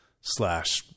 slash